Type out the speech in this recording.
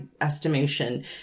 estimation